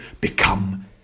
become